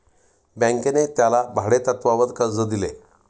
बँकेने त्याला भाडेतत्वावर कर्ज दिले